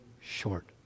short